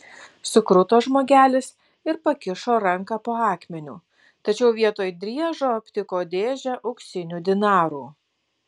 sukruto žmogelis ir pakišo ranką po akmeniu tačiau vietoj driežo aptiko dėžę auksinių dinarų